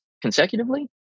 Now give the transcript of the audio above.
consecutively